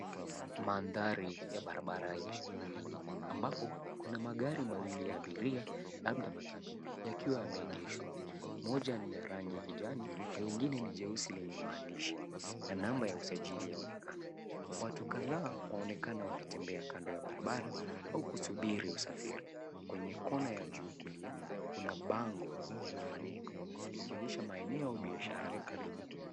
Mandhari ya barabara yenye shughuli nyingi ambapo kuna magari mawili ya abiria labda matatu yakiwa yameegeshwa. Moja ni ya rangi ya kijani ingine ni jeusi lenye maandishi na namba ya usajili yaonekana. Watu kadhaa waonekana wakitembea kando ya barabara au kusubiri usafiri. Kwenye kona ya juu kulia kuna bango lenye maneno yakionyesha maeneo au biashara za karibu.